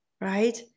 right